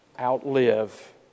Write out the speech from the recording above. outlive